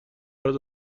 اونا